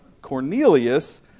Cornelius